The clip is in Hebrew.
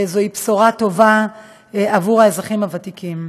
זוהי בשורה טובה לאזרחים הוותיקים.